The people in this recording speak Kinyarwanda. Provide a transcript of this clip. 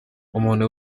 umuntu